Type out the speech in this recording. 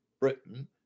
Britain